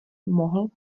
mohl